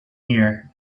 here